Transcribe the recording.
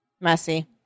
Messy